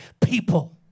people